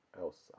else